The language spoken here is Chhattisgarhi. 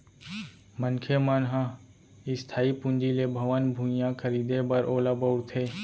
मनखे मन ह इस्थाई पूंजी ले भवन, भुइयाँ खरीदें बर ओला बउरथे